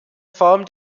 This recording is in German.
form